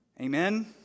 Amen